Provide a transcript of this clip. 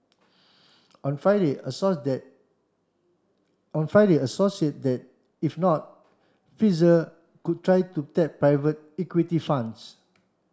on Friday a source that on Friday a source said that if not Pfizer could try to tap private equity funds